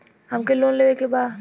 हमके लोन लेवे के बा?